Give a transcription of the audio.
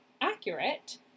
accurate